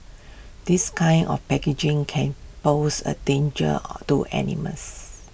this kind of packaging can pose A danger or to animals